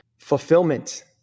Fulfillment